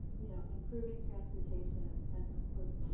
you know improving transportation and, of course,